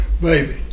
baby